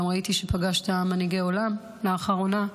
גם ראיתי שפגשת מנהיגי עולם לאחרונה.